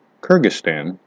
Kyrgyzstan